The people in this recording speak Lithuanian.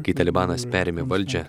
kai talibanas perėmė valdžią